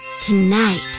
Tonight